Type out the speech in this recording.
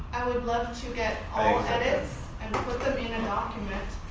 i would love to get all edits and put them in a document.